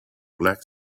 black